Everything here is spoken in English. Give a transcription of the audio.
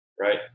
Right